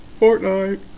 Fortnite